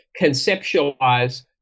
conceptualize